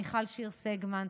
מיכל שיר סגמן,